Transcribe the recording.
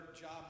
job